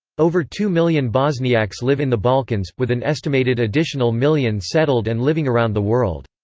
over two million bosniaks live in the balkans, with an estimated additional million settled and living around the world.